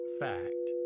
fact